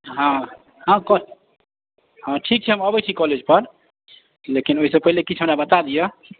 हँ हँ ठीक छै हँ अबैत छी कॉलेज पर लेकिन ओहिसँ पहिने किछु हमरा बता दिअ